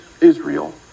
Israel